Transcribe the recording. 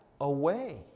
away